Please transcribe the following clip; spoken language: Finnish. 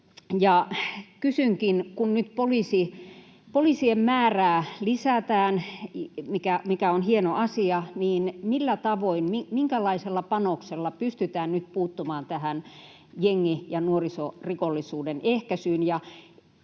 Kysynkin: kun nyt poliisien määrää lisätään, mikä on hieno asia, niin minkälaisella panoksella pystytään nyt puuttumaan tähän jengi- ja nuorisorikollisuuden ehkäisyyn